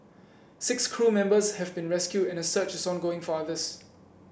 six crew members have been rescued and a search is ongoing for others